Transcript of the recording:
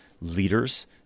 leaders